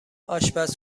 آشپز